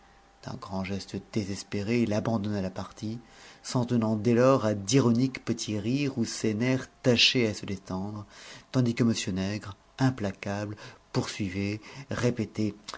d'un grand geste désespéré il abandonna la partie s'en tenant dès lors à d'ironiques petits rires où ses nerfs tâchaient à se détendre tandis que m nègre implacable poursuivait répétait